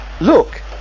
look